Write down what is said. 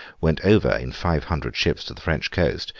went over, in five hundred ships, to the french coast,